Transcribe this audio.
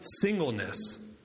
singleness